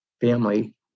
family